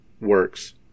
works